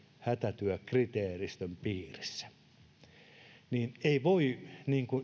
hätätyökriteeristön piirissä ei voi